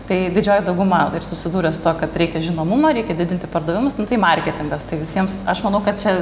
tai didžioji dauguma ir susidūrė su tuo kad reikia žinomumo reikia didinti pardavimus nu tai marketingas tai visiems aš manau kad čia